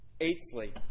Eighthly